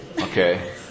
Okay